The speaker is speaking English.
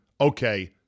okay